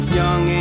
young